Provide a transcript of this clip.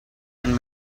and